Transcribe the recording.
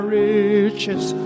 riches